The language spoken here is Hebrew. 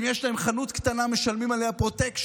אם יש להם חנות קטנה, הם משלמים עליה פרוטקשן.